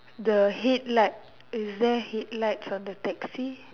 the head light is there head lights on the taxi